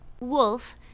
Wolf